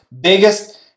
biggest